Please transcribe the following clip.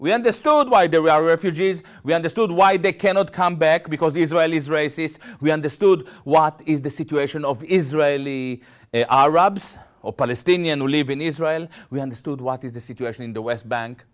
we understood why they were refugees we understood why they cannot come back because israel is racist we understood what is the situation of israeli arabs or palestinians live in israel we understood what is the situation in the west bank